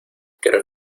creo